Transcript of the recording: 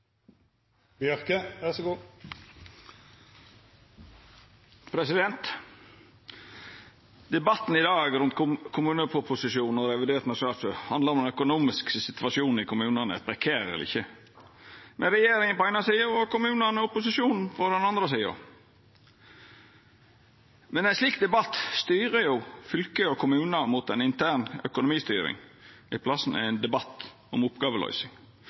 Debatten i dag rundt kommuneproposisjonen og revidert nasjonalbudsjett handlar om den økonomiske situasjonen i kommunane er prekær eller ikkje – med regjeringa på den eine sida og kommunane og opposisjonen på den andre sida. Men ein slik debatt styrer fylke og kommunar mot intern økonomistyring – i staden for ein debatt om